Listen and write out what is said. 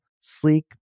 sleek